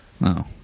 No